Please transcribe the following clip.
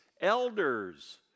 elders